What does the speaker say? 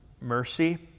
mercy